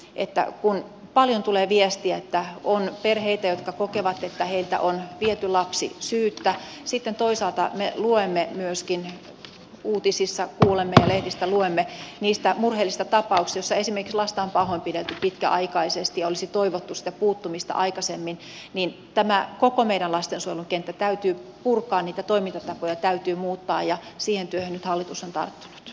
mutta kun paljon tulee viestiä että on perheitä jotka kokevat että heiltä on viety lapsi syyttä ja sitten toisaalta me lehdistä luemme myöskin uutisista kuulemme niistä murheellisista tapauksista joissa esimerkiksi lasta on pahoinpidelty pitkäaikaisesti ja olisi toivottu sitä puuttumista aikaisemmin niin tähän haluaisin todeta että tämä koko meidän lastensuojelun kenttä täytyy purkaa niitä toimintatapoja täytyy muuttaa ja siihen työhön nyt hallitus on tarttunut